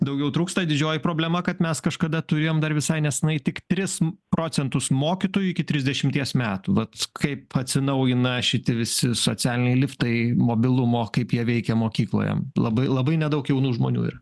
daugiau trūksta didžioji problema kad mes kažkada turėjom dar visai nesenai tik tris procentus mokytojų iki trisdešimties metų vat kaip atsinaujina šiti visi socialiniai liftai mobilumo kaip jie veikia mokykloje labai labai nedaug jaunų žmonių yra